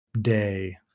day